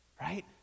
Right